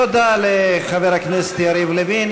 תודה לחבר הכנסת יריב לוין.